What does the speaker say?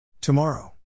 Tomorrow